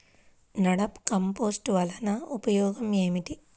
NADEP compost వలన ఉపయోగం ఏమిటి?